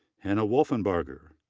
hannah wolfinbarger,